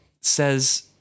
says